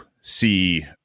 see